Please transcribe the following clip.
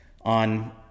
on